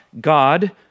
God